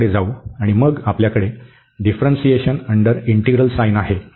आणि मग आपल्याकडे डिफ्रन्सिएशन अंडर इंटीग्रल साइन आहे